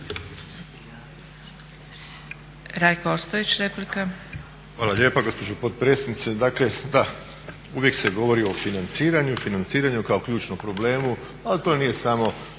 Rajko (SDP)** Hvala lijepa gospođo potpredsjednice. Dakle da, uvijek se govori o financiranju i financiranju kao ključnom problemu, ali to nije samo